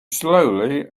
slowly